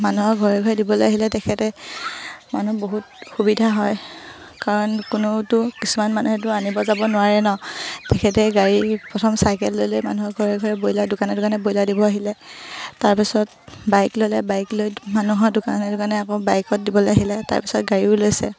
মানুহৰ ঘৰে ঘৰে দিবলৈ আহিলে তেখেতে মানুহ বহুত সুবিধা হয় কাৰণ কোনেওতো কিছুমান মানুহেতো আনিব যাব নোৱাৰে ন তেখেতে গাড়ী প্ৰথম চাইকেল লৈ লৈ মানুহৰ ঘৰে ঘৰে ব্ৰয়লাৰ দোকানে দোকানে ব্ৰয়লাৰ দিব আহিলে তাৰপিছত বাইক ল'লে বাইক লৈ মানুহৰ দোকানে দোকানে আকৌ বাইকত দিবলৈ আহিলে তাৰপিছত গাড়ীও লৈছে